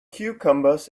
cucumbers